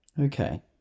Okay